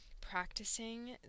practicing